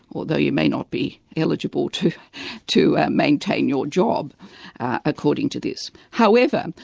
although you may not be eligible to to maintain your job according to this. however,